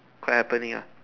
quite happening ah